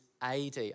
AD